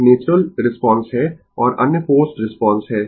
एक natural response है और अन्य फोर्स्ड रिस्पांस है